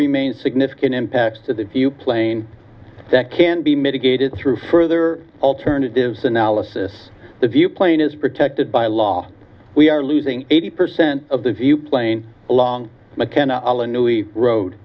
remain significant impacts to the plane that can be mitigated through further alternatives analysis the view plane is protected by law we are losing eighty percent of the plane along mckenna